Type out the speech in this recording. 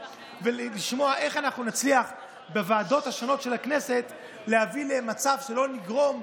ולשמוע איך אנחנו נצליח בוועדות השונות של הכנסת להביא למצב שלא נגרום,